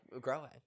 growing